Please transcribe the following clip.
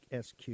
SQ